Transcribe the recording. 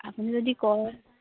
আপুনি যদি কয়